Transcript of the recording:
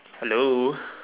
hello